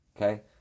okay